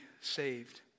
saved